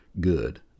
good